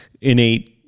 innate